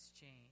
change